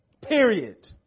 Period